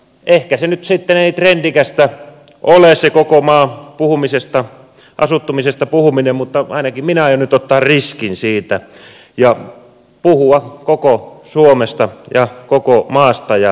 ehkä se nyt sitten ei trendikästä ole se koko maan asuttuna pitämisestä puhuminen mutta ainakin minä aion nyt ottaa sen riskin ja puhua koko suomesta ja koko maasta ja maaseudusta